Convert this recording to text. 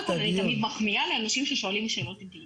קודם כל אני תמיד מחמיאה לאנשים ששואלים שאלות אינטליגנטיות.